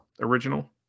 original